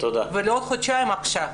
ולא בעוד חודשיים אלא עכשיו.